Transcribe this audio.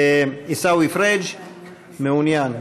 עיסאווי פריג' מעוניין.